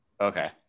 Okay